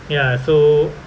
ya so